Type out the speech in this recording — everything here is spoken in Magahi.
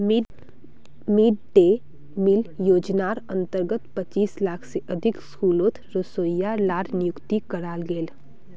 मिड डे मिल योज्नार अंतर्गत पच्चीस लाख से अधिक स्कूलोत रोसोइया लार नियुक्ति कराल गेल